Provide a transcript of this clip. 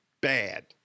bad